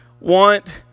want